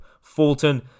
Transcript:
Fulton